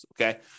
okay